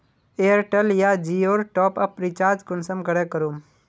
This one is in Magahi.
एयरटेल या जियोर टॉपअप रिचार्ज कुंसम करे करूम?